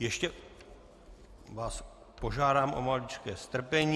Ještě vás požádám o maličké strpení.